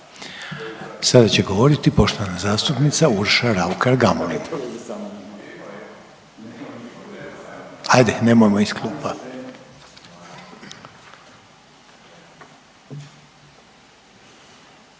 Sada će govoriti poštovana zastupnica Urša Raukar Gamulin. Ajde nemojmo iz klupa.